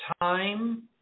time